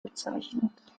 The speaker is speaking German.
bezeichnet